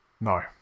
No